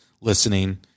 listening